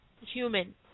human